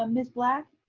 um ms. black?